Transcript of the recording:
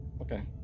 okay